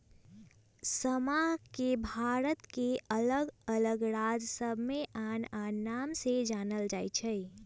समा के भारत के अल्लग अल्लग राज सभमें आन आन नाम से जानल जाइ छइ